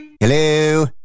Hello